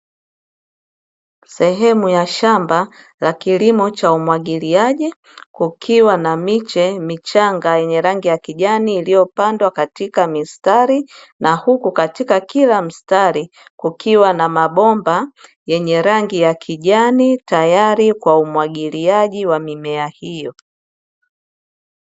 Sehemu ya shamba la kilimo cha umwagiliaji, kukiwa na miche michanga yenye rangi ya kijani, iliyopandwa katika mistari, na huku katika kila mstari kukiwa na mabomba yenye rangi ya kijani, tayari kwa umwagiliaji wa mimea hiyo.